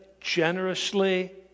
generously